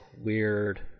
weird